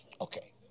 Okay